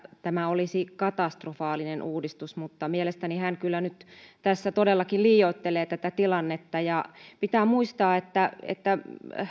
tämä olisi katastrofaalinen uudistus mutta mielestäni hän kyllä nyt tässä todellakin liioittelee tätä tilannetta pitää muistaa että että